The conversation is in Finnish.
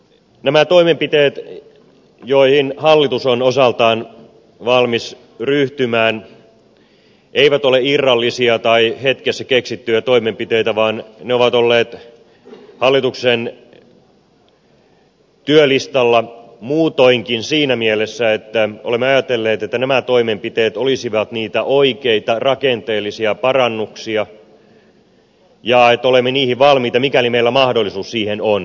nämä toimenpiteet joihin hallitus on osaltaan valmis ryhtymään eivät ole irrallisia tai hetkessä keksittyjä toimenpiteitä vaan ne ovat olleet hallituksen työlistalla muutoinkin siinä mielessä että olemme ajatelleet että nämä toimenpiteet olisivat niitä oikeita rakenteellisia parannuksia ja että olemme niihin valmiita mikäli meillä mahdollisuus niihin on